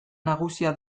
nagusia